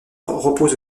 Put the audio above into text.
repose